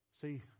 See